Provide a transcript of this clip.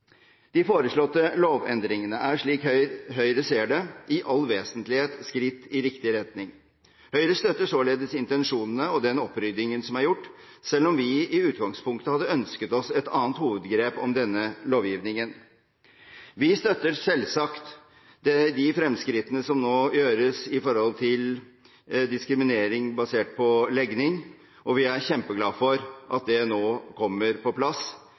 De foreslåtte lovendringene er, slik Høyre ser det, i all vesentlighet skritt i riktig retning. Høyre støtter således intensjonene og den oppryddingen som er gjort, selv om vi i utgangspunktet hadde ønsket oss et annet hovedgrep om denne lovgivningen. Vi støtter selvsagt de fremskrittene som nå gjøres med tanke på diskriminering basert på legning, og vi er kjempeglad for at dette nå kommer på plass.